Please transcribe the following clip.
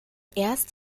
erst